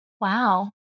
Wow